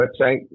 website